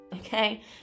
Okay